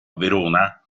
verona